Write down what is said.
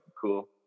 cool